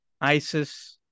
Isis